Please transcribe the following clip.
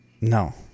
no